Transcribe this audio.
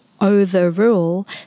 overrule